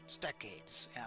decades